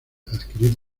adquirir